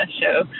show